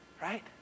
right